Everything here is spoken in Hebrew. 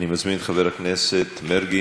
אני מזמין את חבר הכנסת מרגי,